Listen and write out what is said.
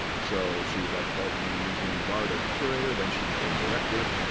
so she was at the baltimore museum of art as a curator. then she became director.